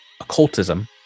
occultism